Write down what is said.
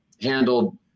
handled